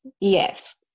Yes